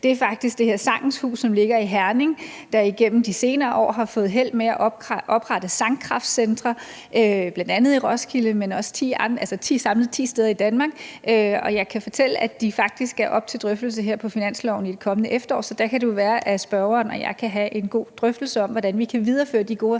er faktisk det her Sangens Hus, som ligger i Herning, og som igennem de senere år har fået held med at oprette sangkraftcentre, bl.a. i Roskilde – samlet ti steder i Danmark. Og jeg kan fortælle, at de faktisk er op til drøftelse her på finansloven i det kommende efterår, så der kan det jo være, at spørgeren og jeg kan have en god drøftelse om, hvordan vi kan videreføre de gode